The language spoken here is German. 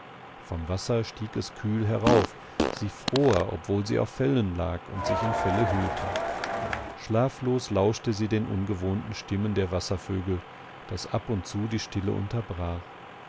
vom wasser stieg es kühl herauf sie fror obwohl sie auf fellen lag und sich in felle hüllte schlaflos lauschte sie den ungewohnten stimmen der wasservögel das ab und zu die stille unterbrach